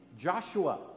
Joshua